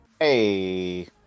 Hey